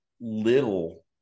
little